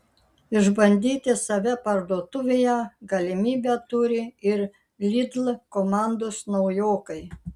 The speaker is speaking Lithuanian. išbandyti save parduotuvėje galimybę turi ir lidl komandos naujokai